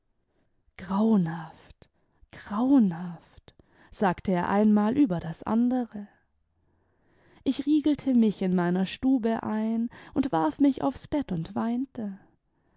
grauenhaft grauenhaft sagte er einmal über das andere ich riegelte mich in meiner stube ein und warf mich aufs bett und weinte